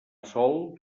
sol